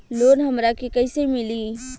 Loan हमरा के कईसे मिली?